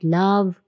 love